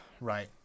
Right